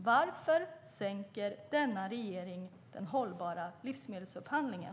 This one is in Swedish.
Varför sänker denna regering den hållbara livsmedelsupphandlingen?